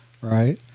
Right